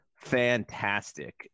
fantastic